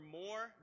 more